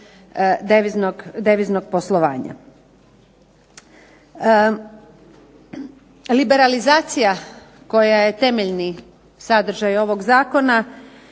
deviznog poslovanja. Liberalizacija koja je temeljni sadržaj ovog Zakona